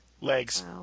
Legs